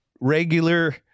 regular